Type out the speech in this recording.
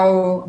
ברור.